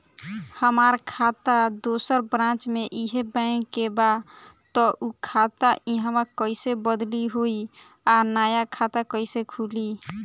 हमार खाता दोसर ब्रांच में इहे बैंक के बा त उ खाता इहवा कइसे बदली होई आ नया खाता कइसे खुली?